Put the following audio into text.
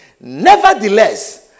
Nevertheless